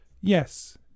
yes